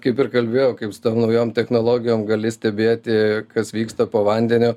kaip ir kalbėjau kaip su tom naujom technologijom gali stebėti kas vyksta po vandeniu